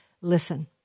listen